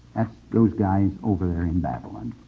those guys over there in babylon.